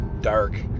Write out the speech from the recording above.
dark